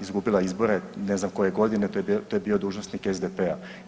izgubila izbore ne znam koje godine to je je bio dužnosnik SDP-a.